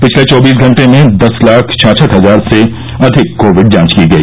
पिछले चौबीस घंटे में दस लाख छाछठ हजार से अधिक कोविड जांच की गई